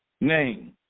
name